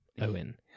Owen